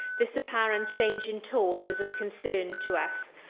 this apparent change in tone was of concern to us.